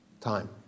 Time